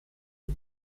mit